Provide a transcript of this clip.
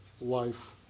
life